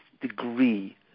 degree